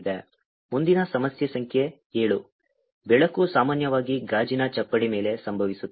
ಮುಂದಿನ ಸಮಸ್ಯೆ ಸಂಖ್ಯೆ 7 ಬೆಳಕು ಸಾಮಾನ್ಯವಾಗಿ ಗಾಜಿನ ಚಪ್ಪಡಿ ಮೇಲೆ ಸಂಭವಿಸುತ್ತದೆ